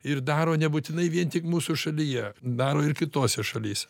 ir daro nebūtinai vien tik mūsų šalyje daro ir kitose šalyse